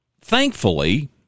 thankfully